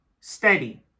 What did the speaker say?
Steady